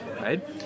right